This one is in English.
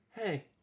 hey